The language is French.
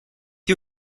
que